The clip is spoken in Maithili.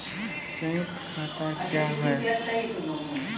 संयुक्त खाता क्या हैं?